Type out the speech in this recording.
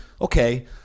okay